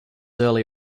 early